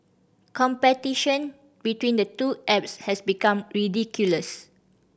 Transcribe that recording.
competition between the two apps has become ridiculous